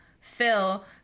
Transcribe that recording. Phil